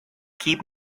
keep